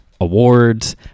awards